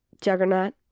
juggernaut